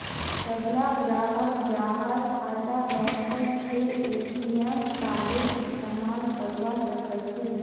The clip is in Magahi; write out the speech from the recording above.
सबला ग्राहक जहार खाता बैंकत छ ए.टी.एम कार्डेर इस्तमाल करवा सके छे